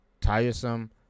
tiresome